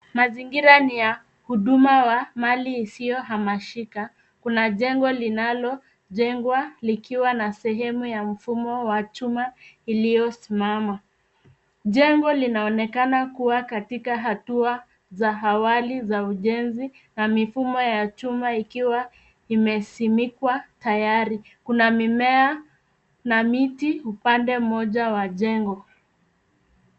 Mazingira ni ya huduma wa mali isiyo hamashika kuna jengo linalo jengwa likiwa na sehemu ya mfumo wa chuma iliyo simama. Jengo linaonekana kuwa katika hatua za awali za ujenzi na mifumo ya chuma ikiwa imesimikwa tayari kuna mimea na miti upande moja la jengo.